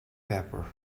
pepper